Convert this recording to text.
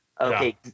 Okay